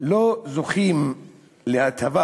לא זוכים להטבה